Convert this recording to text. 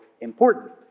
important